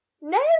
No